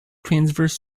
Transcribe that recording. transverse